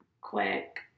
quick